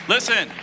Listen